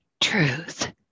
truth